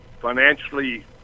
financially